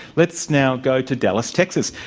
let's now go to dallas, texas.